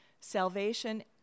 salvation